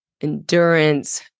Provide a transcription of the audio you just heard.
endurance